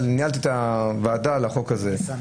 אבל ניהלתי את הוועדה על החוק הזה,